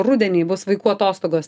rudenį bus vaikų atostogos